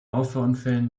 auffahrunfällen